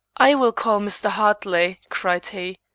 i will call mr. hartley, cried he.